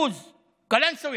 15%; קלנסווה,